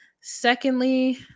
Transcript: Secondly